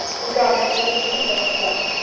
the garment was of the simplest form,